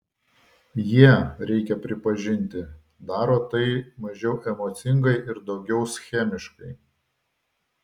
jie reikia pripažinti daro tai mažiau emocingai ir daugiau schemiškai